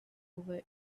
over